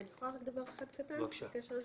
אם אפשר עוד דבר אחד קטן בקשר לזה.